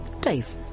Dave